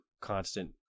constant